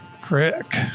Crick